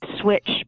switch